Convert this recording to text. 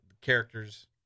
characters